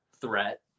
threat